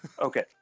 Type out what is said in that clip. Okay